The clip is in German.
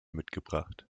mitgebracht